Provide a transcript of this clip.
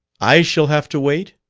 i shall have to wait?